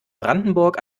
brandenburg